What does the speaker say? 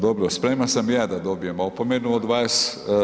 Dobro, spreman sam i ja dobijem opomenu od vas.